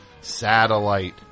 satellite